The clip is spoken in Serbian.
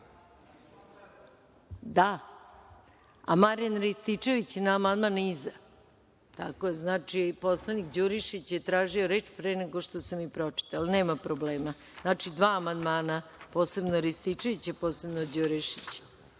a Marijan Rističević na amandman iza. Tako je. Znači, poslanik Đurišić je tražio reč pre nego što sam i pročitala. Nema problem. Znači, dva amandmana, posebno Rističevića, posebno Đurišića. Na